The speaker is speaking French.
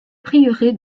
prieuré